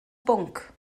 bwnc